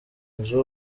nzu